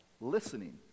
listening